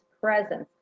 Presence